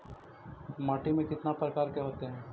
माटी में कितना प्रकार के होते हैं?